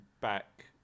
back